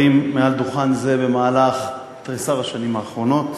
מעל דוכן זה במהלך תריסר השנים האחרונות,